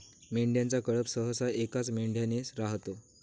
मेंढ्यांचा कळप सहसा एकाच मेंढ्याने राहतो